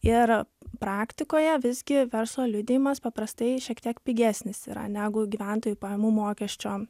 ir praktikoje visgi verslo liudijimas paprastai šiek tiek pigesnis yra negu gyventojų pajamų mokesčio